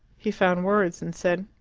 he found words, and said,